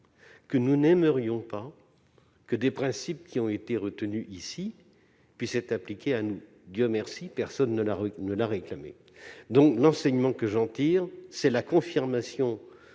que nous n'aimerions pas que les principes qui ont été retenus ici nous soient appliqués- fort heureusement, personne ne l'a réclamé. L'enseignement que j'en tire, c'est la confirmation